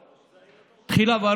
תחילה,